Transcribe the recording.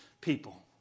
people